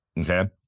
Okay